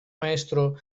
maestro